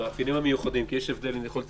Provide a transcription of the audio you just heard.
במאפיינים המיוחדים, כי יש הבדל, זה יכול להיות